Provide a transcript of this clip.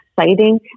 exciting